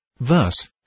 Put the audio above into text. Thus